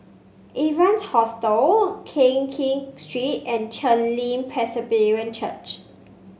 Evans Hostel Keng Kiat Street and Chen Li Presbyterian Church